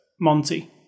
Monty